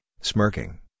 smirking